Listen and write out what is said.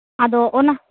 ᱟᱫᱚ ᱚᱱᱟ